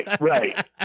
Right